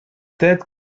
ted